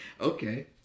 Okay